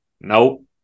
Nope